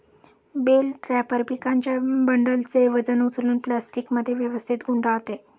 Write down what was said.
bell wrapper पिकांच्या बंडलचे वजन उचलून प्लास्टिकमध्ये व्यवस्थित गुंडाळते